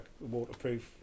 waterproof